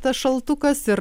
tas šaltukas ir